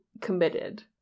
committed